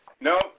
No